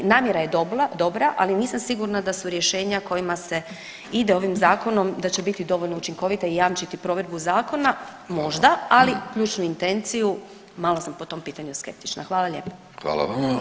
Namjera je dobra, ali nisam sigurna da su rješenja kojima se ide ovim zakonom da će biti dovoljno učinkovita i jamčiti provedbu zakona, možda, ali ključnu intenciju, malo sam po tom pitanju skeptična.